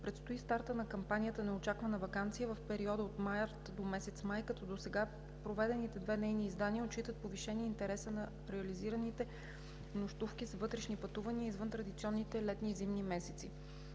Предстои стартът на кампанията „Неочаквана ваканция“ в периода от март до месец май, като досега проведените две нейни издания отчитат повишение на интереса на реализираните нощувки с вътрешни пътувания извън традиционните летни и зимни месеци.